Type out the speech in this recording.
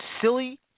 silly